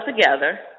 together